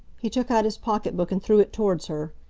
he took out his pocketbook and threw it towards her.